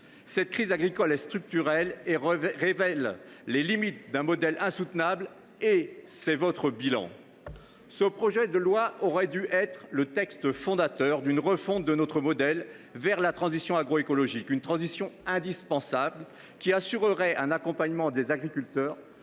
La crise agricole est structurelle, elle révèle les limites d’un modèle insoutenable. C’est votre bilan ! Ce projet de loi aurait dû être le texte d’une refonte de notre modèle vers la transition agroécologique, une transition indispensable pour assurer un accompagnement des agriculteurs